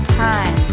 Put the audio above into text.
time